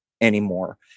anymore